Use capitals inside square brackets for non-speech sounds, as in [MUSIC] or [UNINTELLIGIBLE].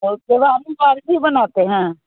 और [UNINTELLIGIBLE] भी बनाते हैं